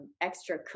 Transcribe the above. extra